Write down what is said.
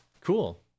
Cool